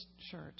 shirt